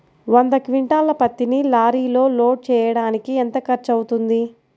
వంద క్వింటాళ్ల పత్తిని లారీలో లోడ్ చేయడానికి ఎంత ఖర్చవుతుంది?